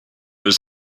was